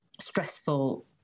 stressful